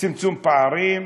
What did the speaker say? צמצום פערים,